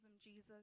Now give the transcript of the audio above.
Jesus